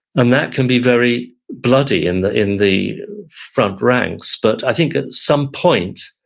and that can be very bloody in the in the front ranks. but i think at some point,